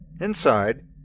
Inside